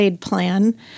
plan